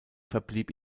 verblieb